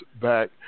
back